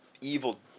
evil